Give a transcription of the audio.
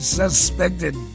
suspected